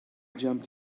jumped